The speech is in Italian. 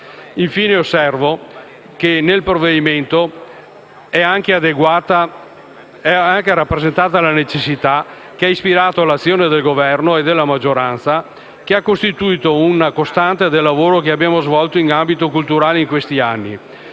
Infine, osservo che nel provvedimento è anche adeguatamente rappresentata una necessità che ha ispirato l'azione del Governo e della maggioranza e che ha costituito una costante del lavoro che abbiamo svolto in ambito culturale in questi anni,